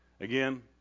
again